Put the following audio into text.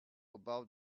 about